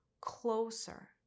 closer